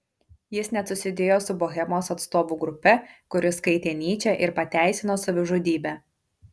jis net susidėjo su bohemos atstovų grupe kuri skaitė nyčę ir pateisino savižudybę